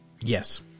Yes